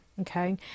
okay